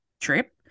trip